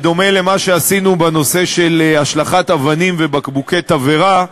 בדומה למה שעשינו בנושא של השלכת אבנים ובקבוקי תבערה,